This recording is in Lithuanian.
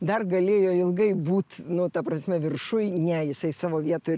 dar galėjo ilgai būt nu ta prasme viršuj ne jisai savo vietoj ir